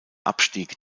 abstieg